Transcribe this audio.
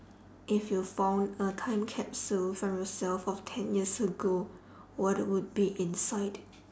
if you found a time capsule from yourself of ten years ago what would be inside